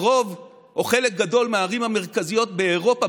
ברוב או בחלק גדול מהערים המרכזיות באירופה,